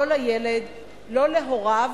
לא לילד ולא להוריו,